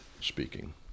speaking